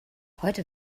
heute